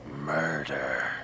Murder